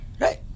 Right